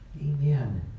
Amen